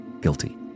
guilty